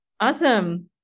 awesome